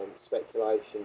speculation